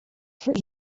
for